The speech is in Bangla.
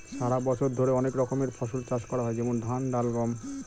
সারা বছর ধরে অনেক রকমের ফসল চাষ করা হয় যেমন ধান, ডাল, গম